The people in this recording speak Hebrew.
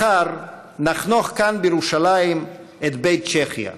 מחר נחנוך כאן, בירושלים, את בית צ'כיה.